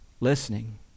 listening